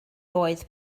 oedd